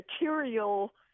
material